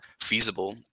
feasible